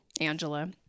Angela